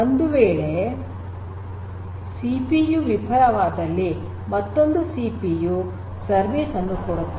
ಒಂದುವೇಳೆ ಒಂದು ಸಿಪಿಯು ವಿಫಲವಾದಲ್ಲಿ ಮತ್ತೊಂದು ಸಿಪಿಯು ಸರ್ವಿಸ್ ಅನ್ನು ಕೊಡುತ್ತದೆ